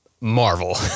Marvel